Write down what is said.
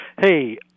Hey